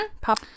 pop